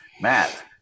Matt